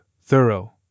thorough